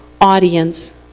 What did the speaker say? audience